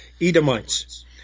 Edomites